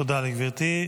תודה לגברתי.